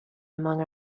among